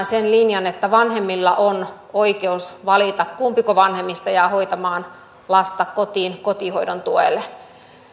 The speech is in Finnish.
sen linjan että vanhemmilla on oikeus valita kumpi vanhemmista jää hoitamaan lasta kotiin kotihoidon tuella